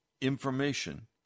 information